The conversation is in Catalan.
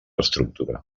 estructura